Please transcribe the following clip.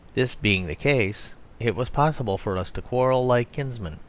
this being the case it was possible for us to quarrel, like kinsmen.